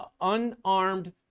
unarmed